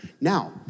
now